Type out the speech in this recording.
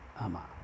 Ama